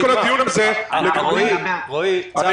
רגע, עשינו את כל הדיון לגבי עשרות אלפי עסקים.